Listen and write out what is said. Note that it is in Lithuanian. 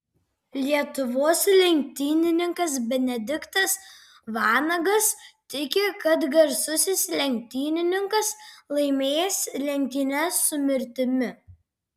lietuvos lenktynininkas benediktas vanagas tiki kad garsusis lenktynininkas laimės lenktynes su mirtimi